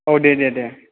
औ दे दे दे